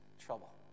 trouble